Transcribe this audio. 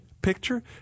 picture